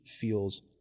feels